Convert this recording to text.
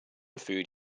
food